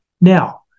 Now